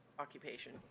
occupation